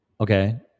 Okay